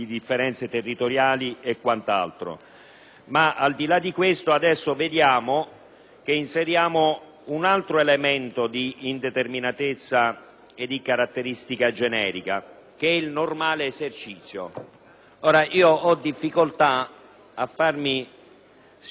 inseriamo un altro elemento di indeterminatezza e di caratteristica generica, che è il «normale esercizio». Ho difficoltà a farmi spiegare dai colleghi che cosa sia il «normale esercizio delle funzioni pubbliche».